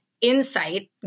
insight